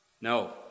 No